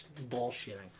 bullshitting